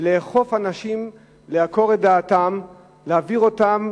כדי לאכוף אנשים לעקור את דעתם, להעביר אותם,